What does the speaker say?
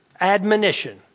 admonition